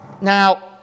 Now